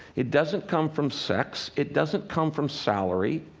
it doesn't come from sex. it doesn't come from salary.